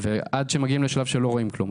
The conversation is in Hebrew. עד שהם מגיעים לשלב שבו הם לא רואים כלום.